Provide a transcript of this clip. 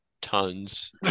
tons